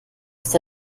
ist